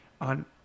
on